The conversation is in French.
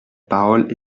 parole